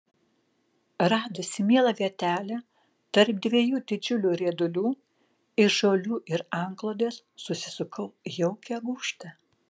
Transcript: radusi mielą vietelę tarp dviejų didžiulių riedulių iš žolių ir antklodės susisukau jaukią gūžtą